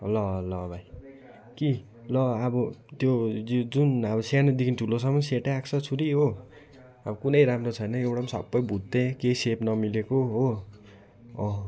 ल ल भाइ कि ल अब त्यो जुन अब सानोदेखि ठुलोसम्म सेटै आएको छ छुरी हो अब कुनै राम्रो छैन एउटा पनि सबै भुत्ते केही सेप नमिलेको हो अँ